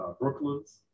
Brooklyn's